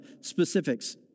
specifics